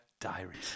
Diaries